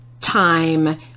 time